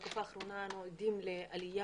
בתקופה האחרונה אנו עדים לעלייה